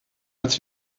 als